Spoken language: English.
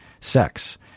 sex